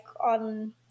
on